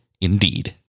Indeed